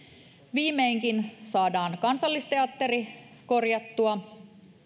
viimeinkin saadaan kansallisteatteri korjattua